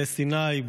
אלי סיני,